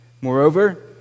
Moreover